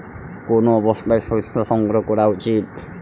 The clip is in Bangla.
কোন অবস্থায় শস্য সংগ্রহ করা উচিৎ?